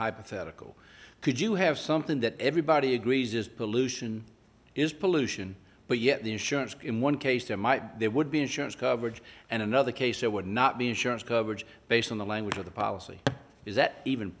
hypothetical could you have something that everybody agrees is pollution is pollution but yet the insurance in one case there might be there would be insurance coverage and another case there would not be insurance coverage based on the language of the policy is that even